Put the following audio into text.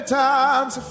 times